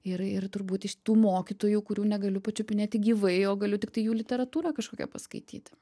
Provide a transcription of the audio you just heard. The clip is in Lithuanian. ir ir turbūt iš tų mokytojų kurių negaliu pačiupinėti gyvai o galiu tiktai jų literatūrą kažkokią paskaityti